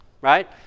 right